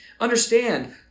Understand